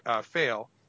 fail